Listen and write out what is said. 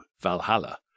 Valhalla